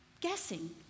guessing